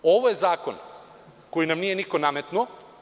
Ovo je zakon koji nam nije niko nametnuo.